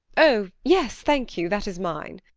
oh yes, thank you, that is mine.